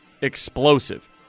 Explosive